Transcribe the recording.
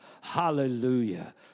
Hallelujah